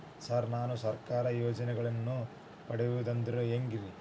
Sir ನಾನು ಸರ್ಕಾರ ಯೋಜೆನೆಗಳನ್ನು ಪಡೆಯುವುದು ಹೆಂಗ್ರಿ?